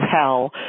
hell